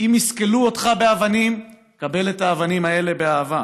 אם יסקלו אותך באבנים, קבל אותן באהבה.